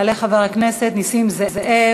יעלה חבר הכנסת נסים זאב.